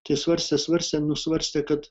tai svarstė svarstė nusvarstė kad